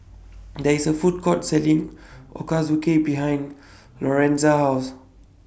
There IS A Food Court Selling Ochazuke behind Lorenza's House